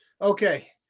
Okay